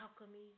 Alchemy